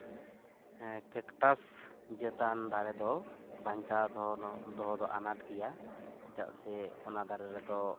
ᱠᱮᱠᱴᱟᱥ ᱡᱟᱹᱛᱟᱱ ᱫᱟᱨᱮ ᱫᱚ ᱵᱟᱧᱪᱟᱣ ᱫᱚᱦᱚ ᱫᱚ ᱟᱱᱟᱴ ᱜᱮᱭᱟ ᱪᱮᱫᱟᱜ ᱥᱮ ᱚᱱᱟ ᱫᱟᱨᱮ ᱨᱮᱫᱚ